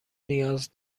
نیاز